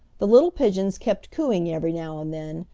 the little pigeons kept cooing every now and then,